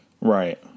Right